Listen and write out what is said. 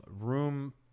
room